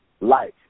life